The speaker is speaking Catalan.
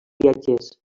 viatgers